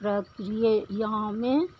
प्रक्रियामे